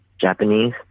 Japanese